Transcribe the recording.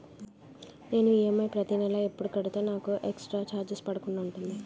నేను ఈ.ఎం.ఐ ప్రతి నెల ఎపుడు కడితే నాకు ఎక్స్ స్త్ర చార్జెస్ పడకుండా ఉంటుంది?